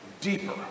deeper